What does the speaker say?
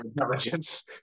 intelligence